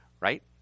right